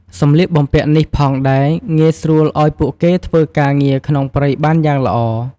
សម្លៀកបំពាក់នេះផងដែរងាយស្រួលឱ្យពួកគេធ្វើការងារក្នុងព្រៃបានយ៉ាងល្អ។